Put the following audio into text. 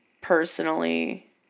personally